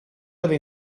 dove